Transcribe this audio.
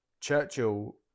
Churchill